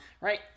right